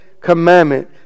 commandment